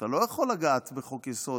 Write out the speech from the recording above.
אתה לא יכול לגעת בחוק-יסוד.